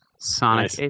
sonic